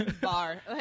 bar